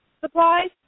supplies